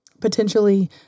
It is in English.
potentially